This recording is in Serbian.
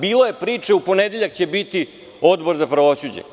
Bilo je priče da će u ponedeljak biti Odbor za pravosuđe.